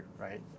right